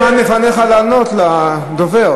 כל הזמן לפניך לענות לדובר.